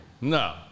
No